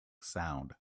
sound